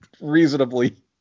reasonably